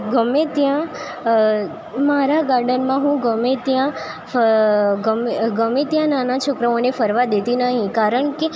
ગમે ત્યાં મારા ગાર્ડનમાં હું ગમે ત્યાં ગમે ત્યાં નાના છોકરાઓને ફરવા દેતી નથી કારણ કે